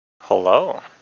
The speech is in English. Hello